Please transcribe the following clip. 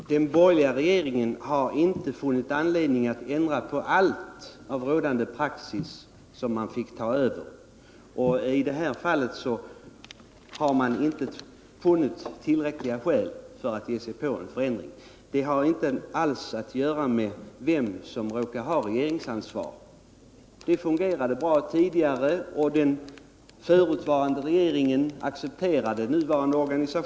Herr talman! Den borgerliga regeringen har inte funnit anledning att ändra på allt i fråga om rådande praxis som den fick ta över, och i det här fallet har man inte funnit tillräckliga skäl att ge sig in på en förändring. Detta har inte alls att göra med vem som råkar ha regeringsansvaret. Det fungerade bra tidigare, och den förutvarande regeringen accepterade den organisation som fortfarande gäller.